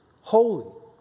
holy